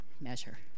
measure